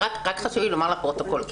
חשוב לי לומר לפרוטוקול,